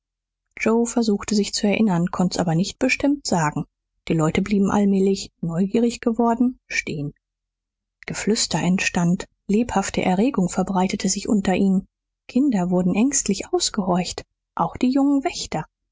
joe versuchte sich zu erinnern konnt's aber nicht bestimmt sagen die leute blieben allmählich neugierig geworden stehen geflüster entstand lebhafte erregung verbreitete sich unter ihnen kinder wurden ängstlich ausgehorcht auch die jungen wächter